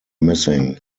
missing